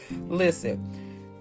listen